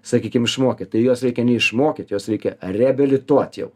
sakykim išmokyt tai juos reikia neišmokyt juos reikia reabilituot jau